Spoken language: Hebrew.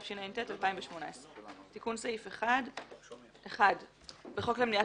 התשע״ט-2018 תיקון סעיף 11. בחוק למניעת